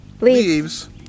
leaves